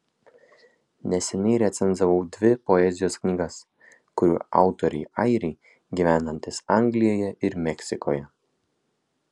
neseniai recenzavau dvi poezijos knygas kurių autoriai airiai gyvenantys anglijoje ir meksikoje